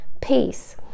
peace